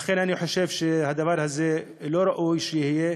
לכן, אני חושב שהדבר הזה לא ראוי שיהיה,